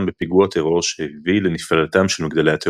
בפיגוע טרור שהביא לנפילתם של מגדלי התאומים.